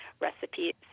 recipes